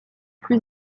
plus